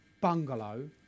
bungalow